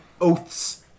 oaths